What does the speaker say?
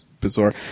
bizarre